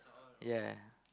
ya